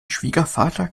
schwiegervater